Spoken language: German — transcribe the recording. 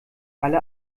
alle